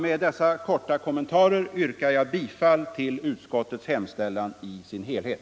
Med dessa korta kommentarer yrkar jag bifall till utskottets hemställan i dess helhet.